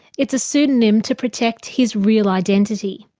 it's a pseudonym to protect his real identity.